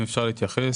אם אפשר להתייחס,